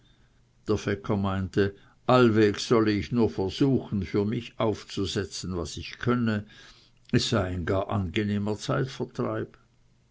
meinte allweg solle ich nur versuchen für mich aufzusetzen was ich könne es sei ein gar angenehmer zeitvertreib